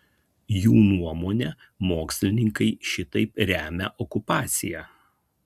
jų nuomone mokslininkai šitaip remia okupaciją